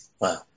Wow